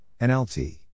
NLT